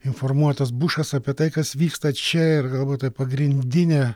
informuotas bušas apie tai kas vyksta čia ir galbūt tai pagrindinė